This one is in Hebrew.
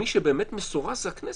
מי שבאמת מסורס זה הכנסת.